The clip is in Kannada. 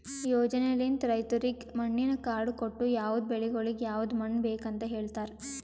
ಯೋಜನೆಲಿಂತ್ ರೈತುರಿಗ್ ಮಣ್ಣಿನ ಕಾರ್ಡ್ ಕೊಟ್ಟು ಯವದ್ ಬೆಳಿಗೊಳಿಗ್ ಯವದ್ ಮಣ್ಣ ಬೇಕ್ ಅಂತ್ ಹೇಳತಾರ್